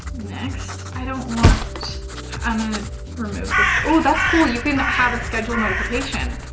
next i don't want, i'm gonna to remove this oh, that's cool. you can have it scheduled notification.